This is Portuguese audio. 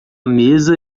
mesa